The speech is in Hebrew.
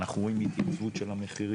אנחנו רואים התייצבות של המחירים,